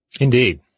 Indeed